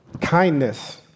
kindness